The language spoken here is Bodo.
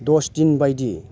दस दिन बायदि